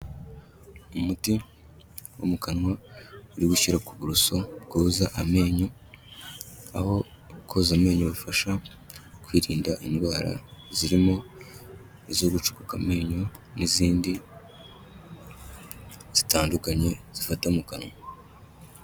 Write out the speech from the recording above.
Umuti wo mu kanwa uri gushyira ku buruso bwoza amenyo, aho koza amenyo bifasha kwirinda indwara zirimo izo gucukuraka amenyo n'izindi zitandukanye zifata mu kanwa.